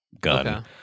gun